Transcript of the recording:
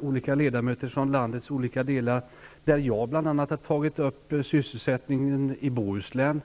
olika ledamöter från landets olika delar. Bl.a. jag har tagit upp sysselsättningen i Bohuslän.